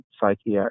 psychiatry